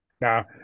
Now